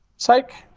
cyc.